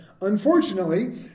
Unfortunately